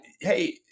hey